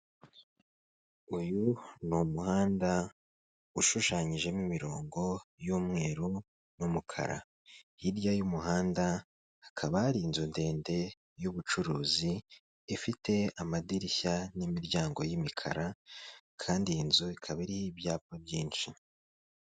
Uyu umuhanda ushushanyijemo imirongo y'umweru n'umukara, hirya y'umuhanda hakaba hari inzu ndende y'ubucuruzi ifite amadirishya n'imiryango y'imikara kandi iyi nzu ikaba iriho ibyapa byinshi.